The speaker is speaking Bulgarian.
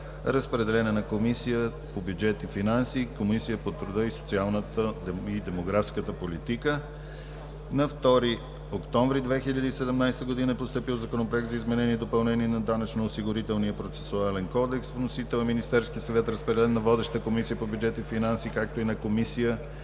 Разпределен е на Комисията по бюджет и финанси и Комисията по труда, социалната и демографската политика. На 2 октомври 2017 г. е постъпил Законопроект за изменение и допълнение на Данъчно-осигурителния процесуален кодекс. Вносител е Министерският съвет. Водещата е Комисията по бюджет и финанси. Разпределен е на Комисията